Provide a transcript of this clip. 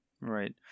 Right